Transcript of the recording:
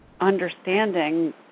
understanding